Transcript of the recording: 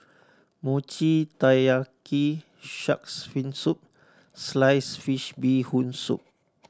Mochi Taiyaki Shark's Fin Soup sliced fish Bee Hoon Soup